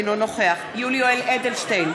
אינו נוכח יולי יואל אדלשטיין,